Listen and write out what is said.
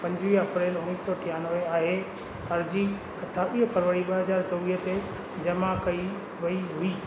पंजवीह अप्रैल उणिवीह सौ टियानवे आहे अर्जी अठावीह फरवरी ॿ हज़ार चोवीह ते जमा कई वई हुई